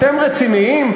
אתם רציניים?